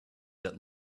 that